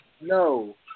no